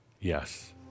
Yes